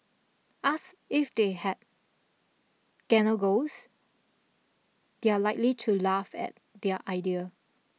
ask if they had gan know goals they are likely to laugh at their idea